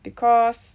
because